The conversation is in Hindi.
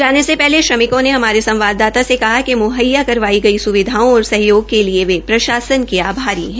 जाने से पहले श्रमिकों ने हमारे संवाददाता से कहा कि मुहैया करवाई कई सुविधाओं और सहयोग के लिए वे प्रशासन के आभारी हैं